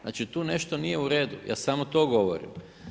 Znači tu nešto nije u redu, ja samo to govorim.